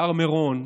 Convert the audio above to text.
בהר מירון,